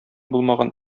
булмаган